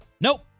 Nope